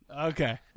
Okay